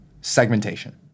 segmentation